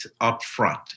upfront